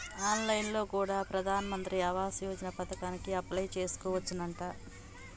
on line లో కూడా ప్రధాన్ మంత్రి ఆవాస్ యోజన పథకానికి అప్లై చేసుకోవచ్చునంట